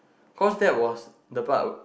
cause that was the part